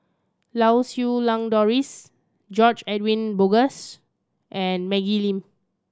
Lau Siew Lang Doris George Edwin Bogaars and Maggie Lim